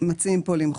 מציעים כאן למחוק.